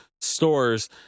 stores